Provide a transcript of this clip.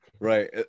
Right